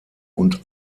und